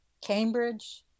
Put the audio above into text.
Cambridge